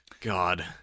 God